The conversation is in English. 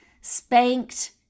spanked